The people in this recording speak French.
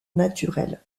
naturelle